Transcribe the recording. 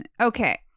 okay